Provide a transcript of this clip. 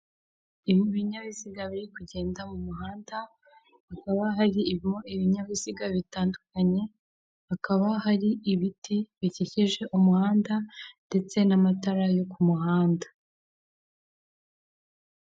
Ahantu ku muhanda hashinze imitaka ibiri umwe w'umuhondo n'undi w'umutuku gusa uw'umuhonda uragaragaramo ibirango bya emutiyeni ndetse n'umuntu wicaye munsi yawo wambaye ijiri ya emutiyeni ndetse n'ishati ari guhereza umuntu serivise usa n'uwamugannye uri kumwaka serivise arimo aramuha telefone ngendanwa. Hakurya yaho haragaragara abandi bantu barimo baraganira mbese bari munsi y'umutaka w'umutuku.